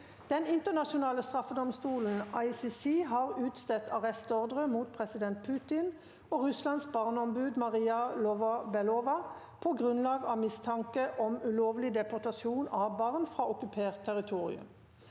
Den internasjonale straffedomstolen (ICC) har utstedt arrestordre mot president Putin og Russlands barneom- bud Maria Lvova-Belova på grunnlag av mistanke om ulovlig deportasjon av barn fra okkupert territorium.